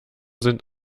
sind